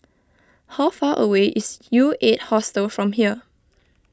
how far away is U eight Hostel from here